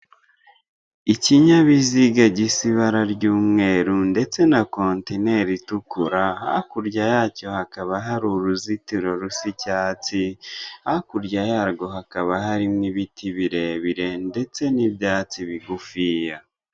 Ikinyabiziga gisa ibara ry'umweru ndetse na kontineri itukura, hakurya yacyo hakaba hari uruzitiro rusa icyatsi, hakurya yarwo hakaba hari n'ibiti birebire ndetse n'ibyatsi bigufiya.